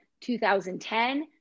2010